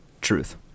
truth